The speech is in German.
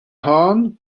hahn